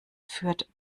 führt